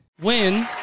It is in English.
win